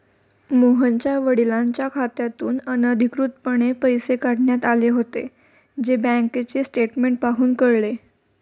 मोहनच्या वडिलांच्या खात्यातून अनधिकृतपणे पैसे काढण्यात आले होते, जे बँकेचे स्टेटमेंट पाहून कळले